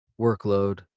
workload